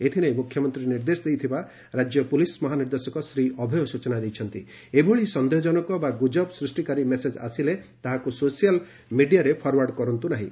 ଏଥିନେଇ ମୁଖ୍ୟମନ୍ତୀ ନିର୍ଦ୍ଦେଶ ଦେଇଥିବା ରାଜ୍ୟ ପୋଲିସ୍ ମହାନିର୍ଦ୍ଦେଶକ ଶ୍ରୀ ଅଭୟ ସଚନା ଦେଇଛନ୍ତି ଏଭଳି ସନେହଜନକ ବା ଗୁଜବ ସୂଷିକାରୀ ମେସେଜ୍ ଆସିଲେ ତାହାକୁ ସୋସିଆଲ ମିଡିଆରେ ଫରଓ୍ୱାର୍ଡ କରନ୍ତୁ ନାହିଁ